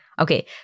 Okay